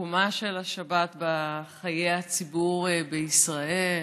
ובמקומה של השבת בחיי הציבור בישראל,